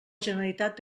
generalitat